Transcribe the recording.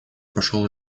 пошел